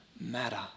matter